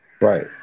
Right